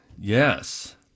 Yes